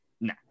Nah